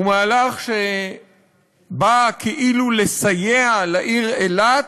הוא מהלך שבא כאילו לסייע לעיר אילת,